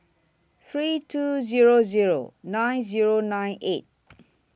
three two Zero Zero nine Zero nine eight